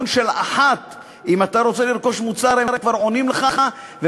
לבוא ולומר שבעבר כבר הנחתי הצעת חוק שמטרתה